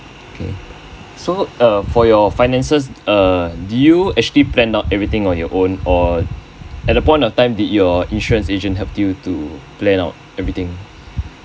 so uh for your finances uh you actually plan out everything on your own or at the point of time did your insurance agent help you to plan out everything